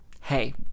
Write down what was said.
hey